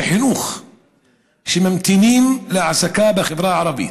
חינוך שממתינים להעסקה בחברה הערבית.